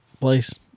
place